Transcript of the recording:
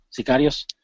sicarios